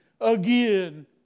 again